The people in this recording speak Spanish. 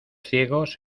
ciegos